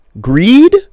greed